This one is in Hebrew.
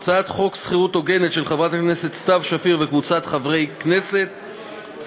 של חברת הכנסת אורלי לוי אבקסיס,